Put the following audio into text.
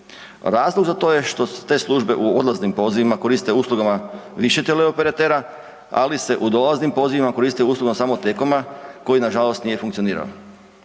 Razlog za to je što su te službe u odlaznim pozivima koriste uslugama više teleoperatera, ali se u dolaznim pozivima koriste uslugama samo T-Coma koji nažalost nije funkcionirao.